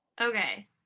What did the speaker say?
Okay